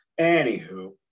Anywho